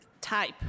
type